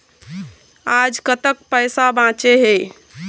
आज कतक पैसा बांचे हे?